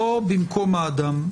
לא במקום האדם,